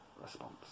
response